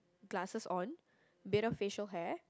glasses on a bit of facial hair